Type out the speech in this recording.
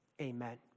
Amen